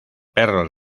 perros